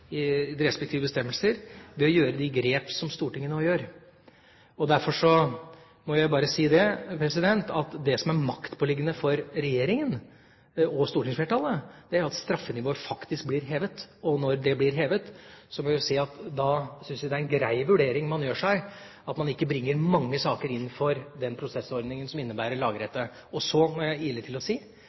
i de respektive bestemmelser ved å gjøre de grep som Stortinget nå gjør. Derfor må jeg bare si at det som er maktpåliggende for regjeringen og stortingsflertallet, er at straffenivået faktisk blir hevet. Når det blir hevet, vil jeg si at jeg synes det er en grei vurdering man gjør seg når man ikke bringer mange saker inn for den prosessordningen som innebærer lagrette. Og så må jeg ile til og si